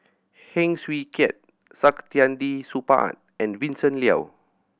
Heng Swee Keat Saktiandi Supaat and Vincent Leow